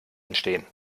entstehen